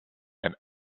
and